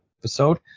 episode